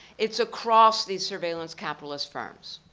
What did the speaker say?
it's across these surveillance capitalist firms.